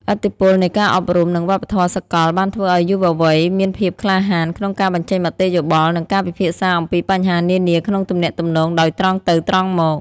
ឥទ្ធិពលនៃការអប់រំ និងវប្បធម៌សកលបានធ្វើឱ្យយុវវ័យមានភាពក្លាហានក្នុងការបញ្ចេញមតិយោបល់ និងការពិភាក្សាអំពីបញ្ហានានាក្នុងទំនាក់ទំនងដោយត្រង់ទៅត្រង់មក។